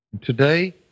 Today